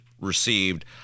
received